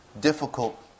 difficult